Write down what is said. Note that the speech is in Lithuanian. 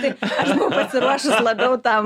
tai aš buvau pasiruošus labiau tam